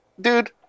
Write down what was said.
Dude